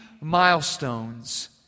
milestones